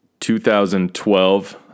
2012